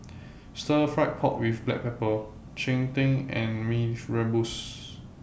Stir Fried Pork with Black Pepper Cheng Tng and Mee Rebus